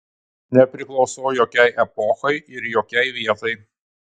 nepriklausau jokiai epochai ir jokiai vietai